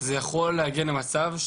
זה יכול להגיע למצב,